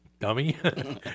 dummy